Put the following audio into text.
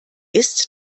ist